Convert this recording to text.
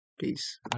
Peace